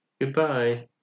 Goodbye